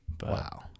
Wow